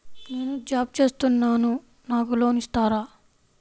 నేను జాబ్ చేస్తున్నాను నాకు లోన్ ఇస్తారా?